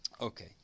okay